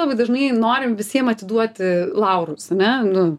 labai dažnai norim visiem atiduoti laurus ane nu